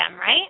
right